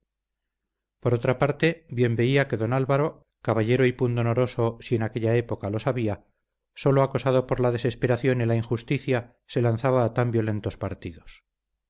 por otra parte bien veía que don álvaro caballero y pundonoroso si en aquella época los había sólo acosado por la desesperación y la injusticia se lanzaba a tan violentos partidos